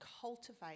cultivate